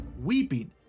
weeping